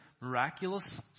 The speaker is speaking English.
miraculous